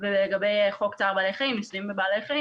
ולגבי חוק צער בעלי חיים (ניסויים בבעלי חיים),